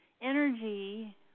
energy